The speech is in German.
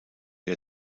der